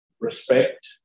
respect